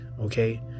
Okay